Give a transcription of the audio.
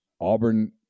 Auburn